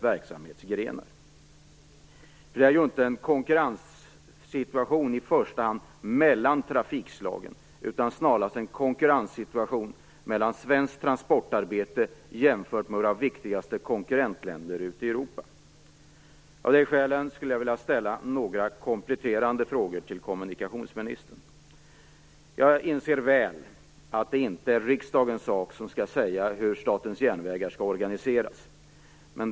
Det är ju inte i första hand en konkurrenssituation mellan trafikslagen utan snarare en konkurrenssituation mellan svenskt transportarbete och transportarbetet i våra viktigaste konkurrentländer ute i Europa. Av de skälen skulle jag vilja ställa några kompletterande frågor till kommunikationsministern. Jag inser väl att det inte är riksdagens sak att säga hur Statens järnvägar skall organiseras.